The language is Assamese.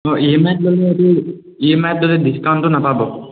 অঁ ই এম আইত ল'লেটো ই এম আইত যদি ডিছকাউণ্টো নাপাব